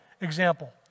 example